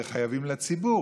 אז הם חייבים לציבור,